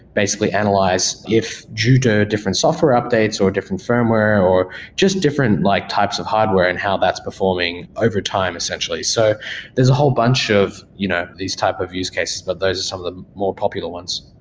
basically analyze if due to different software updates or different firmware or just different like types of hardware and how that's performing overtime essentially. so there's a whole bunch of you know these types of use cases, but those are some of the more popular ones.